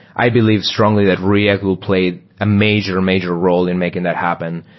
i believe strongly that react will play a major, major role in making that happen.